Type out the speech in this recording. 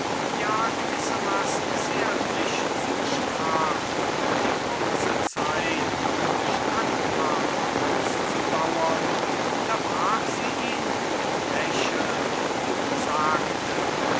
ja gewissermaßen zärtlich zusprach die kurze zeit noch standhaft auszudauern unterbrach sie ihn mit lächeln und sagte